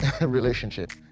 relationship